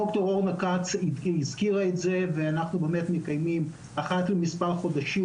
ד"ר אורנה כץ הזכירה את זה ואנחנו באמת מקיימים אחת למס' חודשים,